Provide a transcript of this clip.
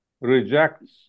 rejects